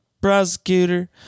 prosecutor